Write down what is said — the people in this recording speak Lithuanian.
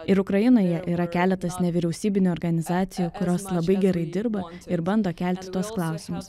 ir ukrainoje yra keletas nevyriausybinių organizacijų kurios labai gerai dirba ir bando kelti tuos klausimus